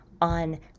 on